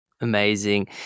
Amazing